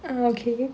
err okay